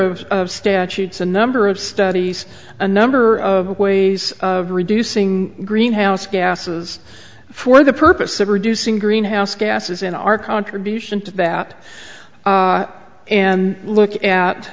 of statutes a number of studies a number of ways of reducing greenhouse gases for the purpose of reducing greenhouse gases in our contribution to that and look at